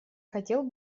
хотел